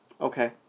Okay